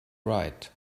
right